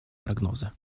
прогнозы